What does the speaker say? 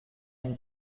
and